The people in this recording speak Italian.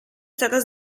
stata